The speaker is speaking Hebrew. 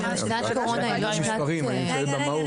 זה פחות מן הצפוי.